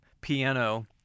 piano